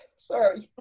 sorry.